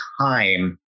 time